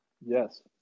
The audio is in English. Yes